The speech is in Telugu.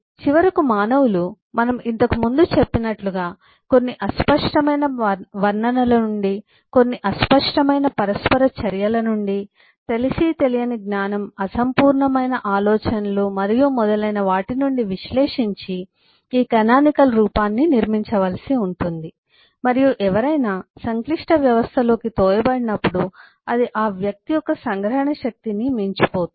చివరకు మానవులు మనం ఇంతకు ముందు చెప్పినట్లుగా కొన్ని అస్పష్టమైన వర్ణనల నుండి కొన్ని అస్పష్టమైన పరస్పర చర్యల నుండి తెలిసి తెలియని జ్ఞానం అసంపూర్ణమైన ఆలోచనలు మరియు మొదలైన వాటి నుండి విశ్లేషించి ఈ కానానికల్ రూపాన్ని నిర్మించవలసి ఉంటుందిమరియు ఎవరైనా సంక్లిష్ట వ్యవస్థలోకి తోయ బడినప్పుడు అది ఆ వ్యక్తి యొక్క సంగ్రహణ శక్తికి మించిపోతుంది